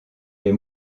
les